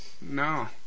No